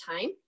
time